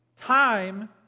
Time